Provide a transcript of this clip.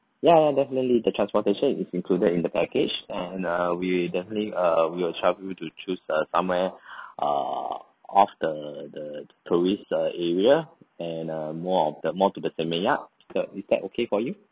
ya ya definitely the transportation is included in the package and uh we definitely uh we will help you to choose uh somewhere err of the the tourist uh area and uh more of the more to the seminyak that is that okay for you